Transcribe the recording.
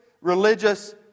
religious